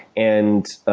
and